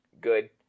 good